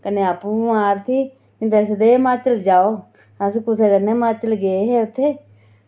कन्नै आपूं बी बमार थी मिगी दसदे हे कि हिमाचल जाओ अस कुसै कन्नै हिमाचल गे हे